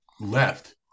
left